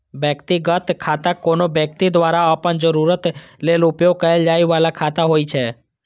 व्यक्तिगत खाता कोनो व्यक्ति द्वारा अपन जरूरत लेल उपयोग कैल जाइ बला खाता होइ छै